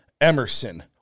Emerson